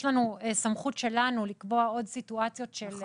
יש לנו סמכות שלנו לקבוע עוד סיטואציות של